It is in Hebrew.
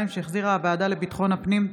2022, שהחזירה הוועדה לביטחון הפנים.